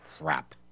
crap